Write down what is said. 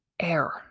air